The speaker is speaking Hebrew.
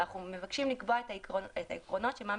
אנחנו מבקשים לקבוע את העקרונות שאומרים מה